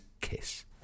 kiss